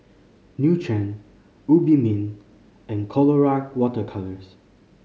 Nutren Obimin and Colora Water Colours